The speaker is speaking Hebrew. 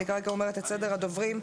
אני כרגע אומרת את סדר הדוברים,